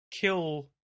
kill